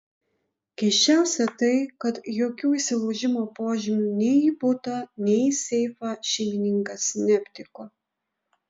keisčiausia tai kad jokių įsilaužimo požymių nei į butą nei į seifą šeimininkas neaptiko